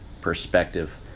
perspective